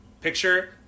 picture